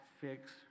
fix